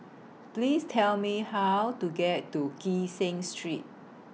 Please Tell Me How to get to Kee Seng Street